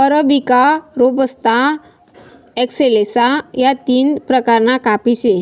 arabica, robusta, excelsa या तीन प्रकारना काफी से